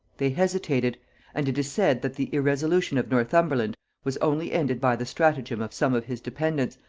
they hesitated and it is said that the irresolution of northumberland was only ended by the stratagem of some of his dependents,